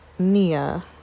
Nia